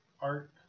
art